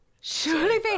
Surely